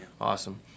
Awesome